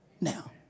now